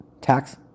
tax